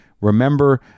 remember